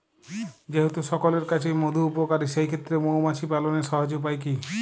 যেহেতু সকলের কাছেই মধু উপকারী সেই ক্ষেত্রে মৌমাছি পালনের সহজ উপায় কি?